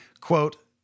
quote